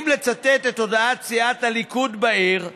אם לצטט את הודעת סיעת הליכוד בעיר,